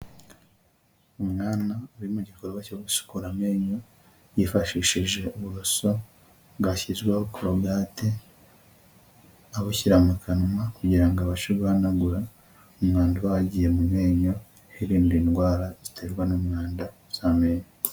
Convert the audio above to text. Umwana uri mu gikorwa cyo gusukura amenyo yifashishije uburoso bwashyizweho korogate abushyira mu kanwa kugira ngo abashe guhanagura umwanda uba wagiye mu menyo yirinda indwara ziterwa n'umwanda z'amenyo.